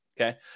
Okay